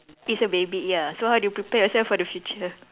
it's a baby ya so how do you prepare yourself for the future